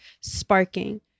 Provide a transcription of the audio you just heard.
sparking